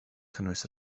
cynnwys